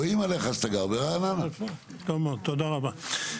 טוב מאוד, תודה רבה.